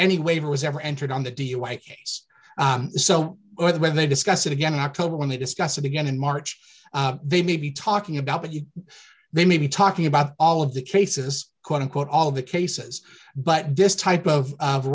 any waiver was ever entered on the dui case so when they discuss it again in october when they discuss it again in march they may be talking about you they may be talking about all of the cases quote unquote all the cases but dist type of